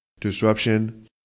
disruption